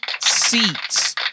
seats